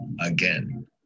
again